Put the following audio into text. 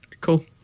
Cool